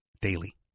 daily